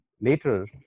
Later